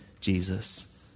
Jesus